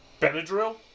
Benadryl